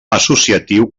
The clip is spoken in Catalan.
associatiu